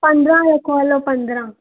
पंदिरहं रखो हलो पंदिरहं